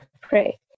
pray